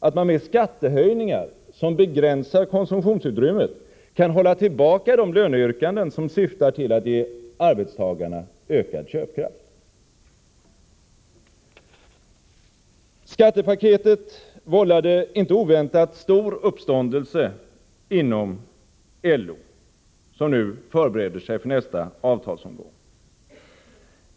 att man med skattehöjningar, som begränsar konsumtionsutrymmet, kan hålla tillbaka de löneyrkanden som syftar till att ge arbetstagarna ökad köpkraft. Skattepaketet vållade inte oväntat stor uppståndelse inom LO, som nu förbereder sig för nästa avtalsomgång.